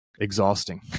exhausting